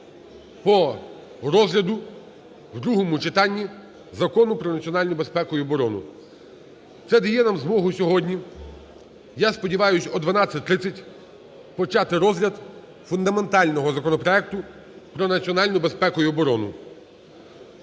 по розгляду в другому читанні Закону про національну безпеку і оборону. Це дає нам змогу сьогодні, я сподіваюсь, о 12:30 почати розгляд фундаментального законопроекту про національну безпеку і оборону.